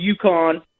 UConn